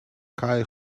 cae